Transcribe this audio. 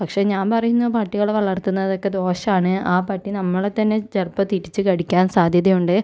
പക്ഷെ ഞാൻ പറയുന്നത് പട്ടികളെ വളർത്തുന്നതൊക്കെ ദോഷാണ് ആ പട്ടി നമ്മളെ തന്നെ ചിലപ്പം തിരിച്ച് കടിക്കാൻ സാധ്യതയുണ്ട്